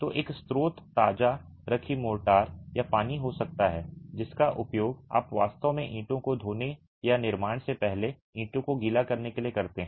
तो एक स्रोत ताजा रखी मोर्टार या पानी हो सकता है जिसका उपयोग आप वास्तव में ईंटों को धोने या निर्माण से पहले ईंटों को गीला करने के लिए करते हैं